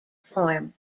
form